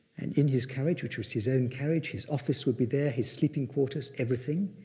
and in his carriage, which was his own carriage, his office would be there, his sleeping quarters, everything.